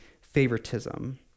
favoritism